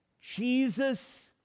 Jesus